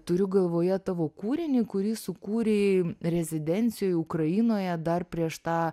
turiu galvoje tavo kūrinį kurį sukūrei rezidencijoj ukrainoje dar prieš tą